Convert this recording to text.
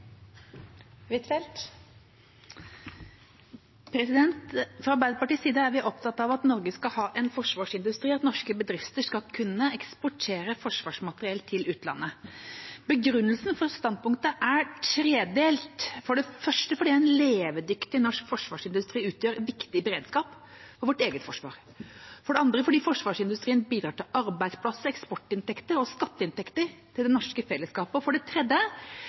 vi opptatt av at Norge skal ha en forsvarsindustri, at norske bedrifter skal kunne eksportere forsvarsmateriell til utlandet. Begrunnelsen for standpunktet er tredelt: for det første fordi en levedyktig norsk forsvarsindustri utgjør viktig beredskap for vårt eget forsvar, for det andre fordi forsvarsindustrien bidrar til arbeidsplasser, eksportinntekter og skatteinntekter til det norske fellesskapet, og for det tredje